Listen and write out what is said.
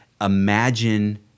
imagine